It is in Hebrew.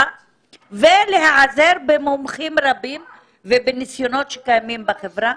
ולהיעזר במומחים רבים ובניסיונות שקיימים בחברה.